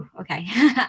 Okay